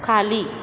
खाली